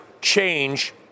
change